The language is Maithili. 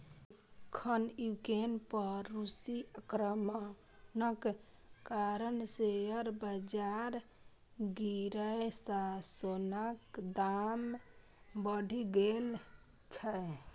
एखन यूक्रेन पर रूसी आक्रमणक कारण शेयर बाजार गिरै सं सोनाक दाम बढ़ि गेल छै